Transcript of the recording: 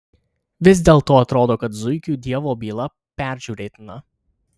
vis dėlto atrodo kad zuikių dievo byla peržiūrėtina